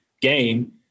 game